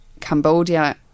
Cambodia